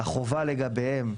החובה לגביהם,